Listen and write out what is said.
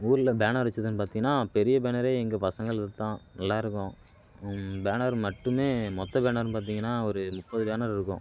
ஊரில் பேனர் வச்சதுன்னு பார்த்தீங்கன்னா பெரிய பேனரே எங்கள் பசங்களுது தான் நல்லாயிருக்கும் பேனர் மட்டுமே மொத்த பேனர்னு பார்த்தீங்கன்னா ஒரு முப்பது பேனர் இருக்கும்